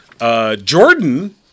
Jordan